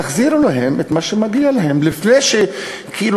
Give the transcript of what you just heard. תחזירו להם את מה שמגיע להם לפני שתעשו